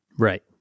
Right